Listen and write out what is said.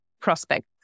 prospect